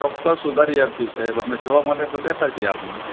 ચોક્કસ સુધારી આપીશ સાહેબ અમે સેવા માટે તો બેઠા છીએ આપની